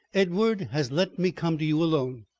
edward has let me come to you alone.